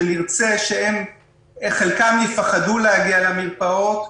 שנרצה שחלקם יפחדו להגיע למרפאות,